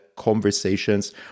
conversations